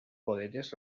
poderes